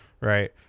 right